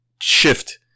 shift